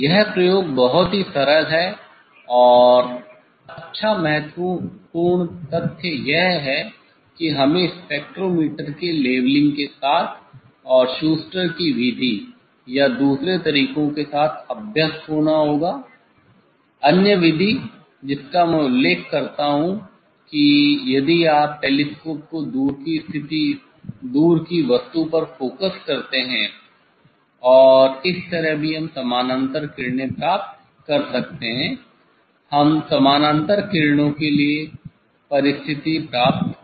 यह प्रयोग बहुत ही सरल है और अच्छा महत्वपूर्ण तथ्य यह है कि हमें स्पेक्ट्रोमीटर के लेवलिंग के साथ और शूस्टर की विधि या दूसरे तरीकों के साथ अभ्यस्त होना होगा अन्य विधि जिसका मैं उल्लेख करता हूं कि यदि आप टेलीस्कोप को दूर की वस्तु पर फोकस करते हैं इस तरह भी हम समानांतर किरणें प्राप्त कर सकते हैं हम समानांतर किरणों के लिए परिस्थिति प्राप्त कर सकते हैं